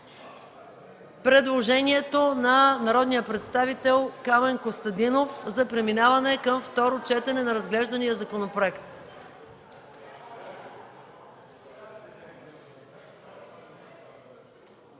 предложението на народния представител Камен Костадинов за преминаване към второ четене на разглеждания законопроект.